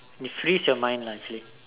you freeze your mind lah actually